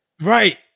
right